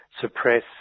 suppress